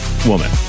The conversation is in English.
woman